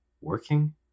Working